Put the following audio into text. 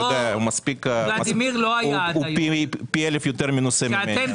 הוא פי אלף יותר מנוסה ממני.